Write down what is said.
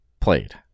played